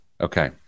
Okay